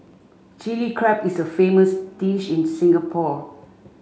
Chilli Crab is a famous dish in Singapore